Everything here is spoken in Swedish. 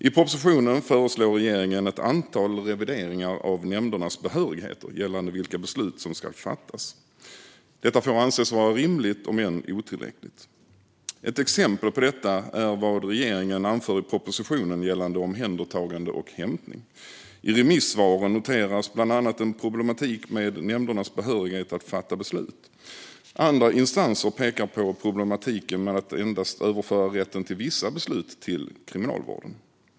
I propositionen föreslår regeringen ett antal revideringar av nämndernas behörigheter gällande vilka beslut som ska fattas. Detta får anses vara rimligt, om än otillräckligt. Ett exempel på detta är vad regeringen anför i propositionen gällande omhändertagande och hämtning. I remissvaren noteras bland annat en problematik med nämndernas behörighet att fatta beslut. Andra instanser pekar på problematiken med att endast överföra rätten till vissa beslut till Kriminalvården.